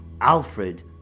Alfred